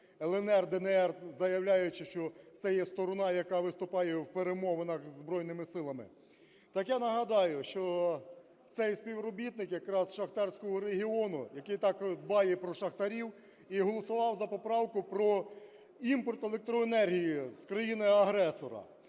"ЛНР", "ДНР", заявляючи, що це є сторона, яка виступає в перемовинах зі Збройними Силами. Так я нагадаю, що цей співробітник, якраз з шахтарського регіону, який так дбає з шахтарів, і голосував за поправку про імпорт електроенергії з країни-агресора.